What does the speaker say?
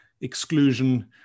Exclusion